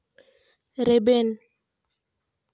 ᱨᱮᱵᱮᱱ